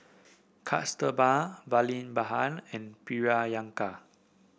Kasturba Vallabhbhai and Priyanka